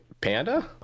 Panda